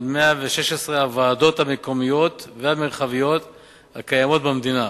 116 הוועדות המקומיות והמרחביות הקיימות במדינה.